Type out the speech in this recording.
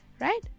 right